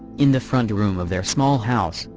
in the front room of their small house,